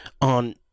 on